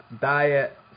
Diet